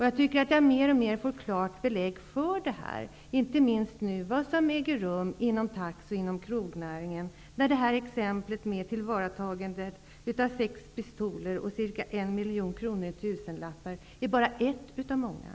Jag tycker att jag får mer och mer klara belägg för detta, inte minst med tanke på vad som nu äger rum inom taxi och krognäringen. Exemplet med tillvaratagandet av sex pistoler och ca 1 miljon kronor i tusenlappar är bara ett av många.